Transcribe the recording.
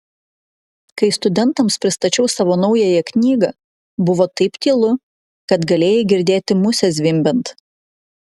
kai studentams pristačiau savo naująją knygą buvo taip tylu kad galėjai girdėti musę zvimbiant